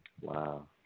Wow